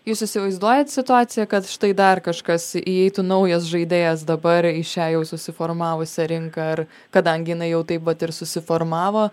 jūs įsivaizduojat situaciją kad štai dar kažkas įeitų naujas žaidėjas dabar į šią jau susiformavusią rinką ar kadangi jinai jau taip vat ir susiformavo